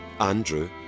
Andrew